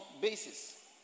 basis